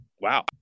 wow